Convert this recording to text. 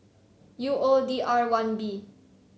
U O D R one B